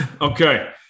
Okay